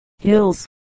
hills